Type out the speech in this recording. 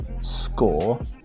Score